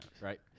Right